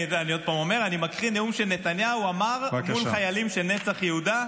אני עוד פעם אומר: אני מקריא נאום שנתניהו אמר מול חיילים של נצח יהודה.